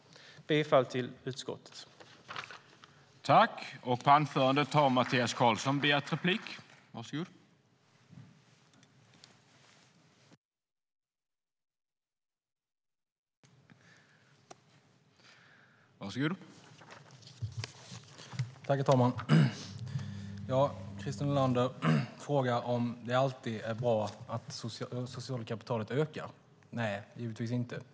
Jag yrkar bifall till utskottets förslag.